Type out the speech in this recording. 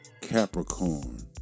Capricorn